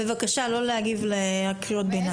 בבקשה לא להגיב לקריאות ביניים.